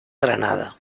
granada